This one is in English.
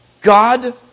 God